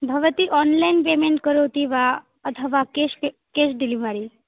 भवती online payment करोति वा अथवा केश् पे केश् डेलिवरी